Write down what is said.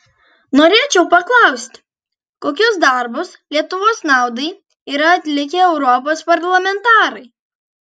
norėčiau paklausti kokius darbus lietuvos naudai yra atlikę europos parlamentarai